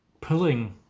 pulling